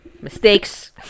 mistakes